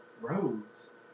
Roads